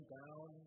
down